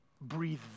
breathe